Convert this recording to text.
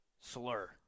slur